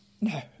No